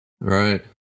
right